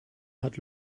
hat